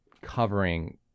covering